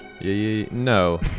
No